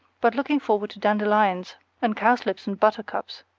but looking forward to dandelions and cowslips and buttercups.